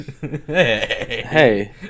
Hey